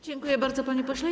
Dziękuję bardzo, panie pośle.